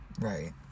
right